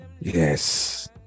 Yes